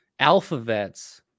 ALPHAVETS